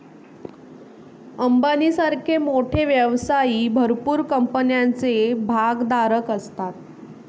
अंबानी सारखे मोठे व्यवसायी भरपूर कंपन्यांचे भागधारक असतात